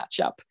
matchup